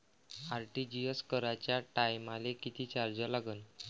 RTGS कराच्या टायमाले किती चार्ज लागन?